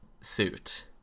suit